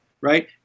Right